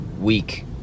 week